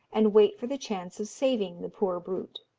and wait for the chance of saving the poor brute.